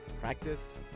Practice